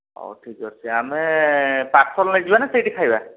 ହଉ ଠିକ ଅଛି ଆମେ ପାର୍ସଲ ନେଇଯିବା ନା ସେଇଠି ଖାଇବା